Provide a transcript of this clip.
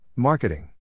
Marketing